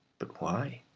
but why?